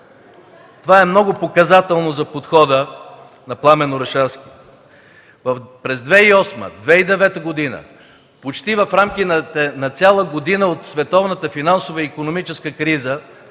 Това е много показателно за подхода на Пламен Орешарски. През 2008-2009 г. почти в рамките на цяла година от световната финансова икономическа криза